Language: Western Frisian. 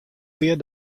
pear